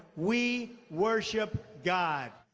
we worship god.